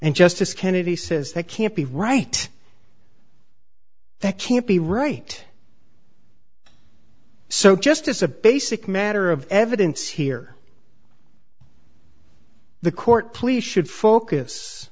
and justice kennedy says that can't be right that can't be right so just as a basic matter of evidence here the court please